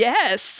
Yes